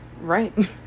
Right